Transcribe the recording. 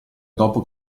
dopo